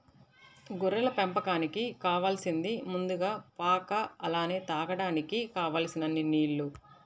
గొర్రెల పెంపకానికి కావాలసింది ముందుగా పాక అలానే తాగడానికి కావలసినన్ని నీల్లు